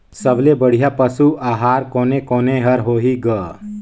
सबले बढ़िया पशु आहार कोने कोने हर होही ग?